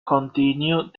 continued